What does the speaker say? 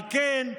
על כן,